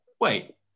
wait